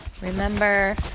Remember